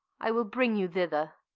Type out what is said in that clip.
i will bring you thither.